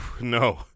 No